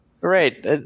right